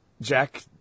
Jack